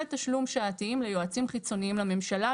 תשלום שעתיים ליועצים חיצוניים לממשלה".